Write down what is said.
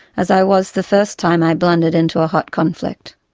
as i was the first time i blundered into a hot conflict.